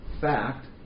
fact